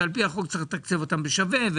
שעל פי החוק צריך לתקצב אותם באופן שווה.